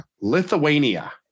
lithuania